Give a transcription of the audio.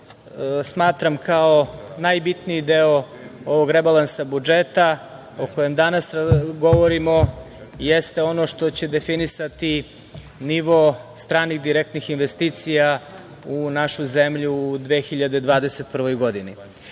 smatram kao najbitniji deo ovog rebalansa budžeta o kojem danas govorimo jeste ono što će definisati nivo stranih direktnih investicija u našu zemlju u 2021. godini. Juče